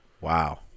Wow